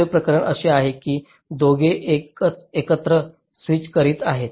दुसरे प्रकरण असे आहे की दोघे एकत्र स्विच करीत आहेत